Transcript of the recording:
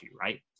right